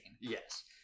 yes